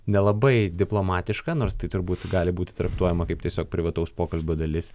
nelabai diplomatiška nors tai turbūt gali būt traktuojama kaip tiesiog privataus pokalbio dalis